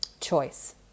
choice